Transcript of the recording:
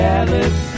Dallas